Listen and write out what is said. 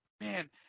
Man